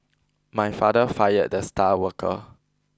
my father fired the star worker